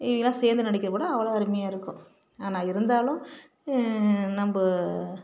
இவங்கெல்லாம் சேர்ந்து நடிக்கின்ற படம் அவ்வளோ அருமையாக இருக்கும் ஆனால் இருந்தாலும் நம்ம